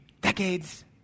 decades